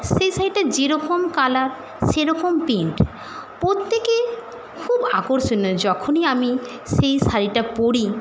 সেই শাড়িটা যেরকম কালার সেরকম প্রিন্ট প্রত্যেকের খুব আকর্ষণের যখনই আমি সেই শাড়িটা পরি